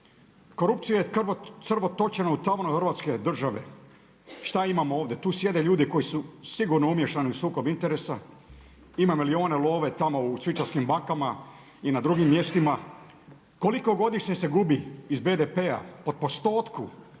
Korupcija je crvotočina … Hrvatske države. Šta imamo ovdje? Tu sjede ljudi koji su sigurno umiješani u sukob interesa, ima milijuna love tamo u švicarskim bankama i na drugim mjestima. Koliko godišnje se gubi iz BDP-a po postotku